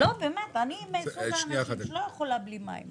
באמת, אני מסוג האנשים שלא יכולים בלי מים.